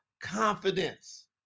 confidence